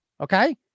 okay